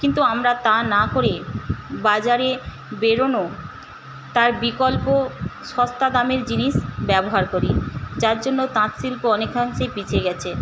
কিন্তু আমরা তা না করে বাজারে বেরনো তার বিকল্প সস্তা দামের জিনিস ব্যবহার করি যার জন্য তাঁতশিল্প অনেকাংশেই পিছিয়ে গিয়েছে